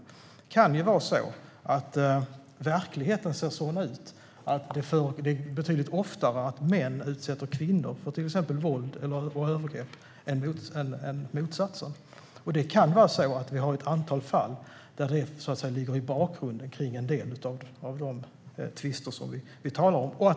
Det kan ju vara så att verkligheten ser sådan ut att män betydligt oftare utsätter kvinnor för till exempel våld och övergrepp än tvärtom. Och det kan vara så att det i ett antal fall är bakgrunden till en del av de tvister som vi talar om.